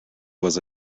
was